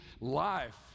life